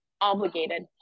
obligated